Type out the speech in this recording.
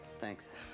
Thanks